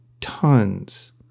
tons